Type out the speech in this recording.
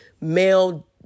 male